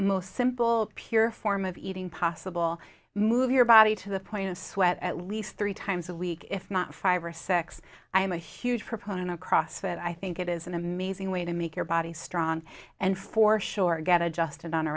most simple pure form of eating possible move your body to the point of sweat at least three times a week if not five or six i am a huge proponent across that i think it is an amazing way to make your body strong and for sure get adjusted on a